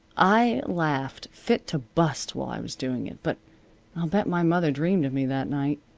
i laughed fit to bust while i was doing it. but i'll bet my mother dreamed of me that night.